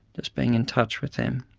it's being in touch with them